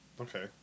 Okay